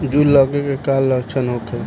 जूं लगे के का लक्षण का होखे?